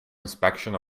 inspection